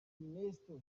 ernesto